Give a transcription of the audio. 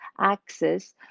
access